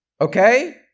Okay